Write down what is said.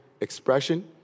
expression